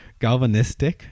Galvanistic